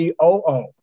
COO